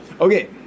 Okay